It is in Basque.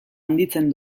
handitzen